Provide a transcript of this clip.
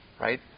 Right